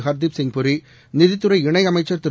ஹர்தீப்சிங் புரி நிதித்துறை இணையமைச்ச் திரு